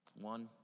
One